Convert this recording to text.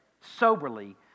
soberly